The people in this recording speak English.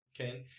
okay